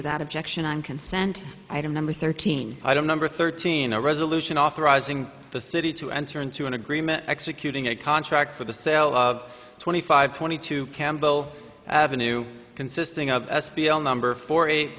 without objection on consent item number thirteen i don't number thirteen a resolution authorizing the city to enter into an agreement executing a contract for the sale of twenty five twenty two campbell avenue consisting of s p l number four eight